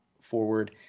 forward